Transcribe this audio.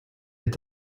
est